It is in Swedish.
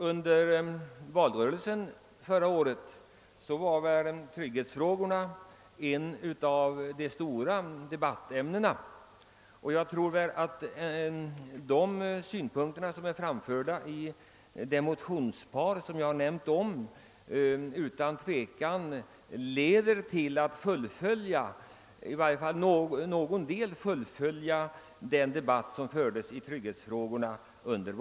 Under valrörelsen förra året var trygghetsfrågorna ett av de stora debattämnena. De åtgärder som föreslås i motionsparet skulle utan tvivel innebära att man åtminstone till viss del kunde fullfölja vad som då diskuterades.